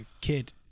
kid